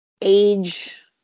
age